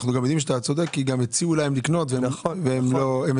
אנחנו גם יודעים שאתה צודק כי גם הציעו להם לקנות והם מסרבים.